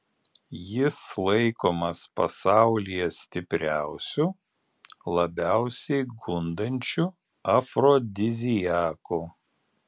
jis laikomas pasaulyje stipriausiu labiausiai gundančiu afrodiziaku